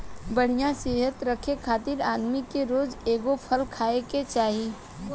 बढ़िया सेहत रखे खातिर आदमी के रोज एगो फल खाए के चाही